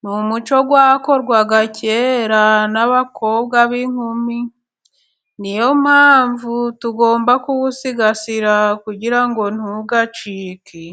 ni umuco wakorwaga kera n'abakobwa b'inkumi. Niyo mpamvu tugomba kuwusigasira kugira ngo ntucike.